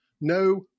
No